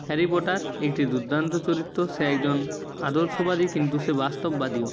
Harry Potter একটি দুর্দান্ত চরিত্র সে একজন আদর্শবাদী কিন্তু সে বাস্তববাদীও